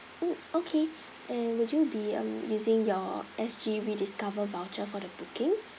mm okay and would you be um using your S_G rediscover voucher for the booking